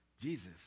Jesus